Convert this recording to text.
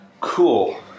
Cool